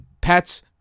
pets